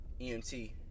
emt